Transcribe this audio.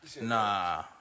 Nah